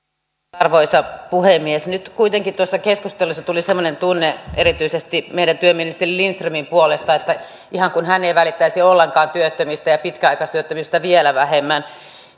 arvoisa puhemies nyt kuitenkin tuossa keskustelussa tuli semmoinen tunne erityisesti meidän työministeri lindströmin puolesta että ihan kuin hän ei ei välittäisi ollenkaan työttömistä ja pitkäaikaistyöttömistä vielä vähemmän